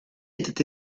était